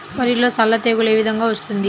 వరిలో సల్ల తెగులు ఏ విధంగా వస్తుంది?